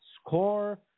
score